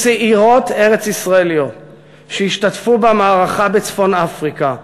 צעירות ארץ-ישראליות שהשתתפו במערכה בצפון-אפריקה,